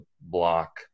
block